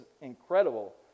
incredible